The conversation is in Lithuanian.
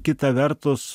kita vertus